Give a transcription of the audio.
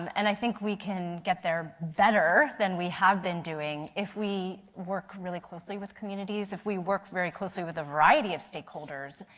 and i think we can get there better, then we have been doing if we work really closely with communities, if we work very closely with a variety of stakeholders.